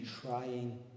trying